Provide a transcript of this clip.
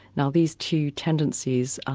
now these two tendencies,